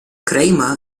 kramer